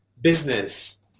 business